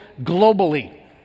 globally